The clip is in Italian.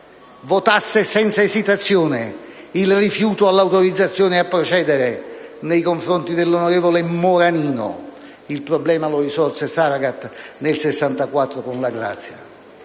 votasse senza esitazione il rifiuto all'autorizzazione a procedere nei confronti dell'onorevole Moranino? Il problema lo risolse Saragat nel 1964 con la grazia.